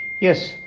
Yes